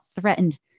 threatened